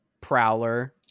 prowler